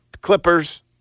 Clippers